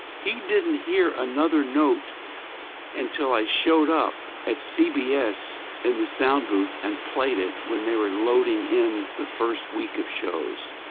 he didn't hear another note until i showed up at cbs in the sound booth and played it when they were loading in the first week of shows.